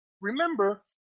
Remember